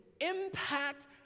impact